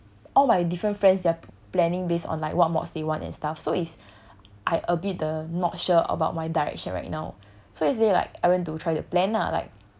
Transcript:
all my different friends they're planning based on like what mods they want and stuff so it's I a bit the not sure about my direction right now so yesterday like I went to try to plan lah like